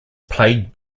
plagued